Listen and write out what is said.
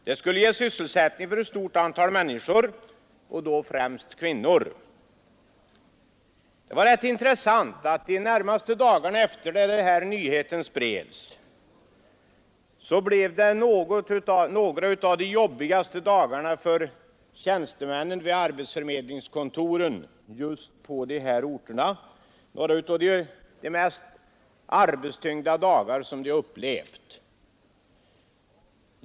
Detta skulle ge sysselsättning åt ett stort antal människor, främst kvinnor. De närmaste dagarna efter det att denna nyhet spritts blev några av de jobbigaste för tjänstemännen vid arbetsförmedlingskontoren på dessa orter — det blev några av de mest arbetstyngda dagar som de upplevt.